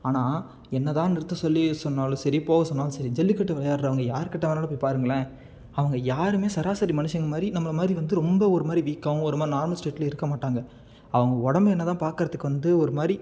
ஆனால் என்ன தான் நிறுத்தச் சொல்லி சொன்னாலும் சரி போகச் சொன்னாலும் சரி ஜல்லிக்கட்டு விளையாட்றவுங்க யாருக்கிட்டே வேணுனாலும் போய் பாருங்களேன் அவங்க யாருமே சராசரி மனுஷங்க மாதிரி நம்மளை மாதிரி வந்து ரொம்ப ஒரு மாதிரி வீக்காகவும் ஒரு மாதிரி நார்மல் ஸ்டேட்டில் இருக்க மாட்டாங்க அவங்க உடம்பு என்ன தான் பார்க்கறதுக்கு வந்து ஒரு மாதிரி